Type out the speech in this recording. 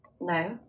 No